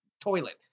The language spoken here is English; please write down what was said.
toilet